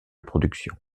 production